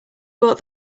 bought